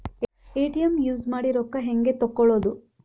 ATM use ಮಾಡಿ ರೊಕ್ಕ ಹೆಂಗೆ ತಕ್ಕೊಳೋದು?